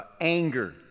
Anger